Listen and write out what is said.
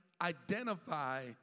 identify